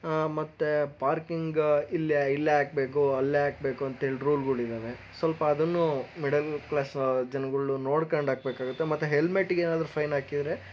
ಮತ್ತೆ ಪಾರ್ಕಿಂಗ ಇಲ್ಲೇ ಇಲ್ಲೇ ಹಾಕಬೇಕು ಅಲ್ಲೇ ಹಾಕಬೇಕು ಅಂಥೇಳಿ ರೂಲ್ಗಳಿದ್ದಾವೆ ಸ್ವಲ್ಪ ಅದನ್ನೂ ಮಿಡಲ್ ಕ್ಲಾಸು ಜನಗಳನ್ನು ನೋಡ್ಕೊಂಡಾಕ್ಬೇಕಾಗುತ್ತೆ ಮತ್ತೆ ಹೆಲ್ಮೆಟ್ಗೇನಾದ್ರೂ ಫೈನ್ ಹಾಕಿದರೆ